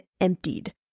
emptied